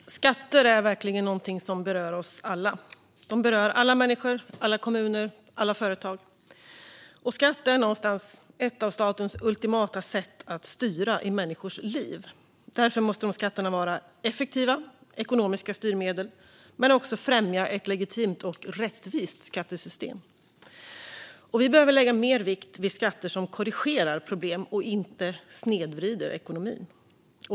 Fru talman! Skatter är verkligen något som berör oss alla. De berör alla människor, alla kommuner och alla företag. Skatt är ett av statens ultimata sätt att styra i människors liv. Därför måste skatterna vara effektiva ekonomiska styrmedel men också främja ett legitimt och rättvist skattesystem. Vi behöver lägga större vikt vid skatter som korrigerar problem och inte snedvrider ekonomin.